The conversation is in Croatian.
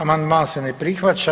Amandman se ne prihvaća.